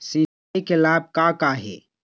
सिचाई के लाभ का का हे?